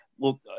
Look